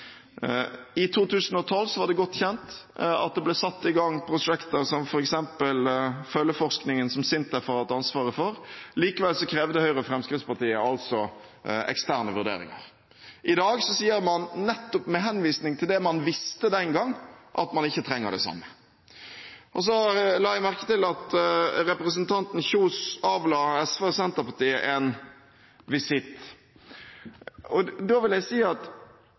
I 2012 var det godt kjent at det ble satt i gang prosjekter som f.eks. følgeforskningen, som SINTEF har hatt ansvaret for. Likevel krevde Høyre og Fremskrittspartiet altså eksterne vurderinger. I dag sier man – nettopp med henvisning til det man visste den gang – at man ikke trenger det samme. Så la jeg merke til at representanten Kjønaas Kjos avla SV og Senterpartiet en visitt, og da vil jeg si: For det første har aldri de tidligere regjeringspartiene benektet at